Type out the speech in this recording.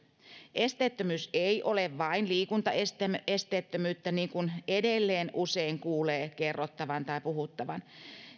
esteettömyys ei ole vain liikuntaesteettömyyttä niin kuin edelleen usein kuulee kerrottavan tai puhuttavan